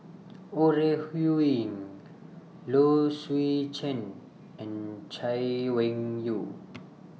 Ore Huiying Low Swee Chen and Chay Weng Yew